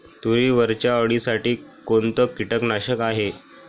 तुरीवरच्या अळीसाठी कोनतं कीटकनाशक हाये?